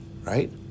Right